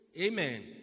Amen